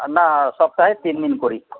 না সপ্তাহে তিন দিন করি